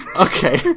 Okay